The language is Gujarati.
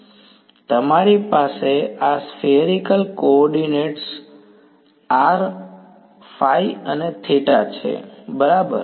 વિદ્યાર્થી તમારી પાસે આ સ્ફેરિકલ કો ઓર્ડિનેટ્સ છે બરાબર